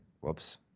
Whoops